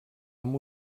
amb